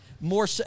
more